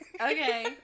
Okay